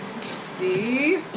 see